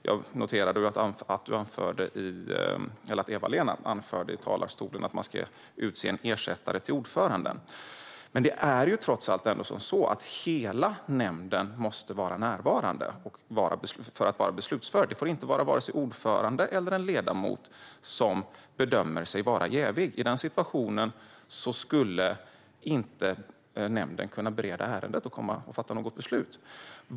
Jag noterade att Eva-Lena anförde i talarstolen att man ska utse en ersättare till ordföranden, men det är trots allt ändå så att hela nämnden måste vara närvarande för att vara beslutsför. Varken ordföranden eller en ledamot får bedöma sig vara jävig. I den situationen skulle nämnden inte kunna bereda ärendet och fatta beslut.